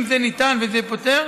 אם זה אפשרי וזה פותר,